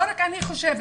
לא רק אני חושבת.